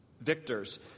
victors